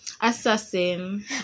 Assassin